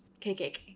KKK